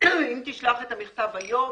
אם תשלח את המכתב היום,